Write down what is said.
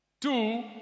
Two